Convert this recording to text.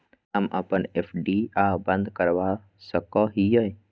हम अप्पन एफ.डी आ बंद करवा सको हियै